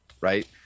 Right